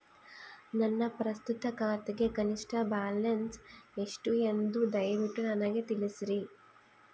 ನನ್ನ ಪ್ರಸ್ತುತ ಖಾತೆಗೆ ಕನಿಷ್ಠ ಬ್ಯಾಲೆನ್ಸ್ ಎಷ್ಟು ಎಂದು ದಯವಿಟ್ಟು ನನಗೆ ತಿಳಿಸ್ರಿ